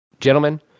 gentlemen